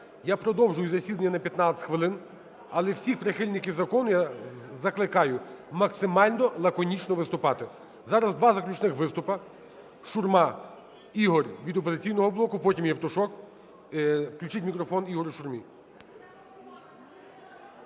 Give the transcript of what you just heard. я продовжую засідання на 15 хвилин. Але всіх прихильників закону я закликаю максимально лаконічно виступати. Зараз 2 заключних виступи: Шурма Ігор – від "Опозиційного блоку", потім – Євтушок. Включіть мікрофон Ігорю Шурмі.